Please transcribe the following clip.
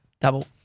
double